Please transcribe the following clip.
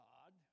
God